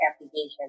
application